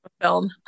film